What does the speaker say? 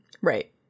Right